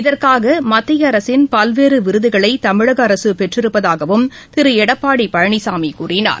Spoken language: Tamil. இதற்காகமத்திய அரசின் பல்வேறுவிருதுகளைதமிழகஅரசுபெற்றிருப்பதாகவும் திருஎடப்பாடிபழனிசாமிகூறினார்